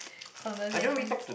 conversation